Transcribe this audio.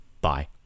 Bye